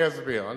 אני אסביר.